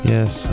Yes